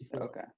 Okay